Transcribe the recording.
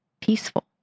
peaceful